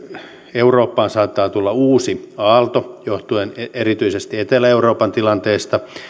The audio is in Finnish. eurooppaan saattaa tulla uusi aalto johtuen erityisesti etelä euroopan tilanteesta